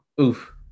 Oof